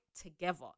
together